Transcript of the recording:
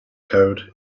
code